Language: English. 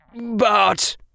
But